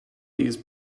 these